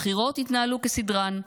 הבחירות התנהלו כסדרן,